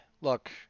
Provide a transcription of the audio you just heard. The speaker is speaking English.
look